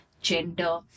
gender